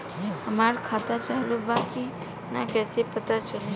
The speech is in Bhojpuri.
हमार खाता चालू बा कि ना कैसे पता चली?